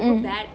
mm